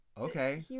Okay